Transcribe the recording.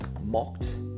mocked